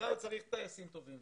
צה"ל צריך טייסים טובים,